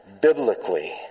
biblically